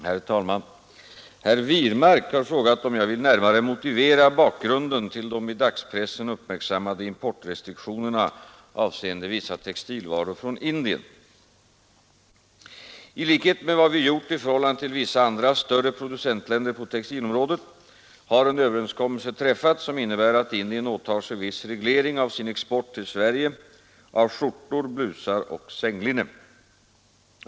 Herr talman! Herr Wirmark har frågat om jag vill närmare motivera bakgrunden till de i dagspressen uppmärksammade importrestriktionerna avseende vissa textilvaror från Indien. I likhet med vad vi gjort i förhållande till vissa andra större producentländer på textilområdet har en överenskommelse träffats som innebär att Indien åtar sig viss reglering av sin export till Sverige av skjortor, blusar och sänglinne.